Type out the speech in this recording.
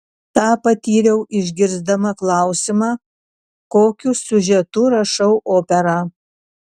tą patyriau išgirsdama klausimą kokiu siužetu rašau operą